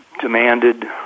demanded